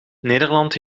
nederland